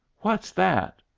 what's that?